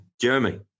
Jeremy